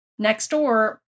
Nextdoor